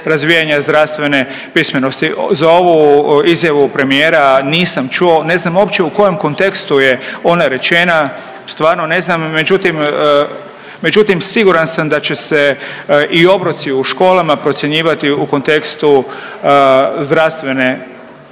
razvijanja zdravstvene pismenosti. Za ovu izjavu premijera nisam čuo, ne znam uopće u kojem kontekstu je ona rečena, stvarno ne znam, međutim, siguran sam da će se i obroci u školama procjenjivati u kontekstu zdravstvene